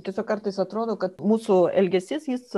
tiesiog kartais atrodo kad mūsų elgesys jis